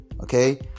Okay